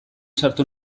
sartu